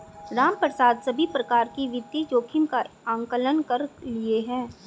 रामप्रसाद सभी प्रकार के वित्तीय जोखिम का आंकलन कर लिए है